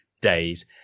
days